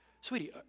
Sweetie